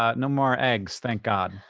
ah no more eggs, thank god.